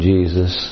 Jesus